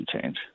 change